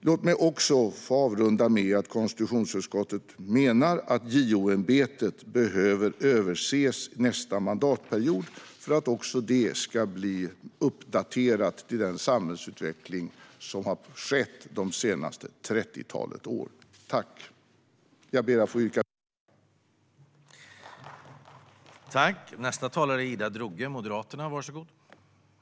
Låt mig få avrunda med att säga att konstitutionsutskottet menar att JO-ämbetet behöver överses nästa mandatperiod för att det ska bli uppdaterat till den samhällsutveckling som har skett det senaste trettiotalet år. Jag ber att få yrka bifall till utskottets förslag.